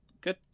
good